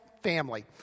family